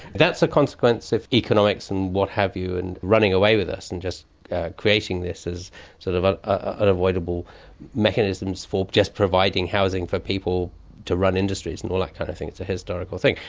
that's a consequence of economics and what have you and running away with us and just creating this as sort of ah ah unavoidable mechanisms for just providing housing for people to run industries and all that kind of thing. it's a historical thing.